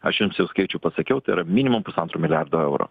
aš jums jau skaičių pasakiau tai yra minimum pusantro milijardo eurų